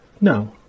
no